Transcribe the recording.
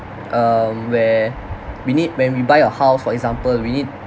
um where we need when we buy a house for example we need